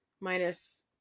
Minus